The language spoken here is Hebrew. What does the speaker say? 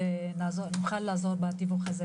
כדי שנוכל לעזור בתיווך הזה